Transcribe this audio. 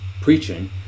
preaching